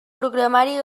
programari